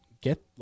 get